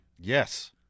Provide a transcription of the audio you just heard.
Yes